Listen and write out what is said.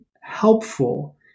helpful